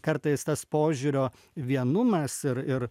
kartais tas požiūrio vienumas ir ir